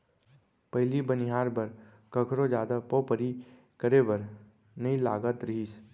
पहिली बनिहार बर कखरो जादा पवपरी करे बर नइ लागत रहिस